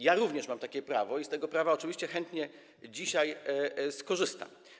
Ja również mam takie prawo i z tego prawa oczywiście chętnie dzisiaj skorzystam.